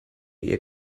ihr